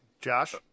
Josh